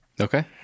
Okay